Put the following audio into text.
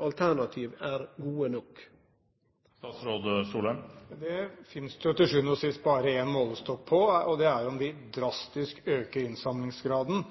alternativ er gode nok? Det finnes det til sjuende og sist bare én målestokk på. Det er om de drastisk øker innsamlingsgraden.